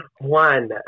One